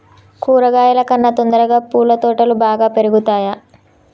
కూరగాయల కన్నా తొందరగా పూల తోటలు బాగా పెరుగుతయా?